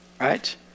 right